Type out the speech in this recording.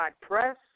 Press